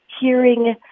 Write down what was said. hearing